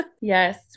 Yes